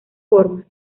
formas